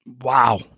Wow